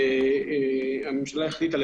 הממשלה החליטה,